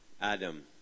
Adam